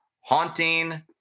Haunting